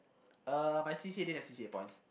uh my C_C_A didn't have C_C_A points